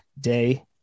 day